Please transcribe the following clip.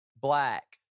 black